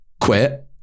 quit